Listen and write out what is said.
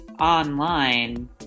online